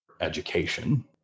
education